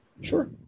Sure